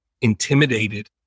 intimidated